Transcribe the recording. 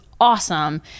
awesome